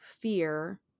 fear